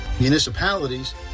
municipalities